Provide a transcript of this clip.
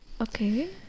Okay